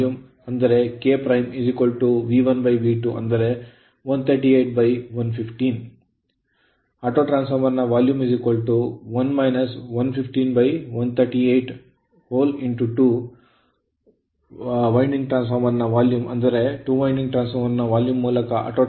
ಆದ್ದರಿಂದ ಸ್ವಯಂ transformer ನ volume 1 - 115138 2 ವೈಂಡಿಂಗ್ ಟ್ರಾನ್ಸ್ ಫಾರ್ಮರ್ ನ volume ಆದ್ದರಿಂದ 2 ವೈಂಡಿಂಗ್ ಟ್ರಾನ್ಸ್ ಫಾರ್ಮರ್ ನ volume ಮೂಲಕ ಆಟೋ ಟ್ರಾನ್ಸ್ ಫಾರ್ಮರ್ ನ volume 0